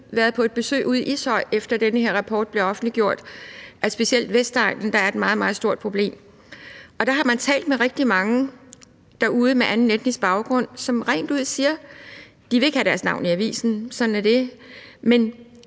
været på besøg ude i Ishøj, efter at den her rapport blev offentliggjort. Altså, især på Vestegnen er der et meget stort problem, og der har man talt med rigtig mange derude med anden etnisk baggrund – de vil ikke have deres navn i avisen, sådan er det –